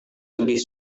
lebih